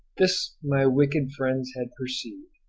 this my wicked friends had perceived.